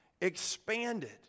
expanded